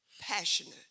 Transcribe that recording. passionate